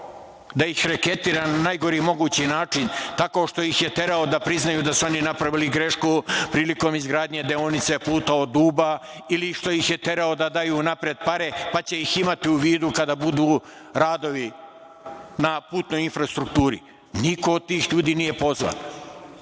da ih reketira na najgori mogući način, tako što ih je terao da priznaju da su oni napravili grešku prilikom izgradnje deonice puta od Uba ili što ih je terao da daju unapred pare pa će ih imati u vidu kada budu radovi na putnoj infrastrukturi? Niko od tih ljudi nije pozvan,